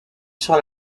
sur